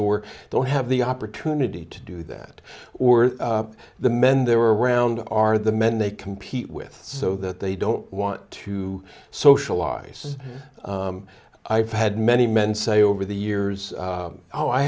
or don't have the opportunity to do that or the men they were around are the men they compete with so that they don't want to socialize i've had many men say over the years oh i